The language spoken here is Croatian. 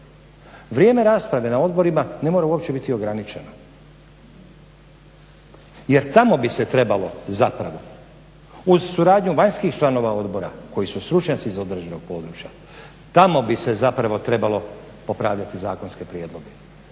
Vrijeme rasprave na odborima ne mora uopće biti ograničeno, jer tamo bi se trebalo zapravo uz suradnju vanjskih članova odbora koji su stručnjaci iz određenog područja tamo bi se zapravo trebalo popravljati zakonske prijedloge